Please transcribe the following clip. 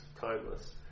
timeless